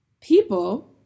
people